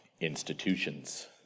institutions